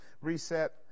reset